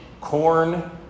Corn